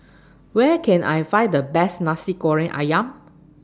Where Can I Find The Best Nasi Goreng Ayam